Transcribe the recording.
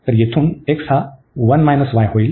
तर येथून x हा 1 y होईल